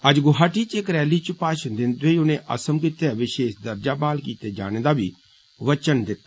अज्ज गुवाहाटी च इक रैली च भाशण दिन्दे होई उनें असम गितै विषेश दर्जा ब्हाल कीते जाने दा बी वचन दिता